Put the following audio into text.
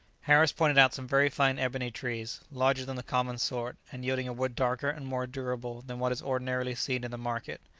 harris pointed out some very fine ebony-trees, larger than the common sort, and yielding a wood darker and more durable than what is ordinarily seen in the market.